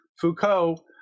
Foucault